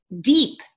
deep